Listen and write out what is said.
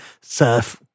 surf